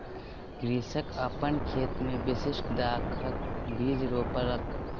कृषक अपन खेत मे विशिष्ठ दाखक बीज रोपलक